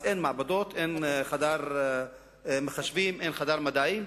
אז אין מעבדות, אין חדר מחשבים, אין חדר מדעים.